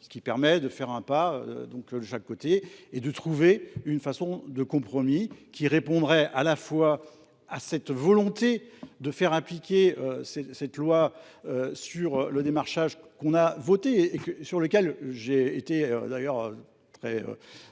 ce qui permet de faire un pas donc de chaque côté et de trouver une façon de compromis qui répondrait à la fois à cette volonté de faire appliquer cette loi sur le démarchage qu'on a voté et sur lequel j'ai été d'ailleurs